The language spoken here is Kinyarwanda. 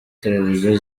televiziyo